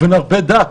ונרבה דת.